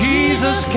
Jesus